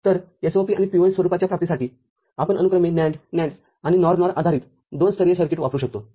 तर SOP आणि POS स्वरूपाच्या प्राप्तीसाठी आपण अनुक्रमे NAND NAND आणि NOR NOR आधारित दोन स्तरीय सर्किट वापरू शकतो